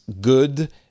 good